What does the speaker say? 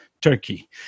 Turkey